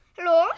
Hello